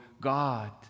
God